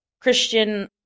Christian